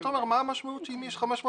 אבל מה המשמעות שאם יש 500 מתנגדים?